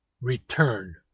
return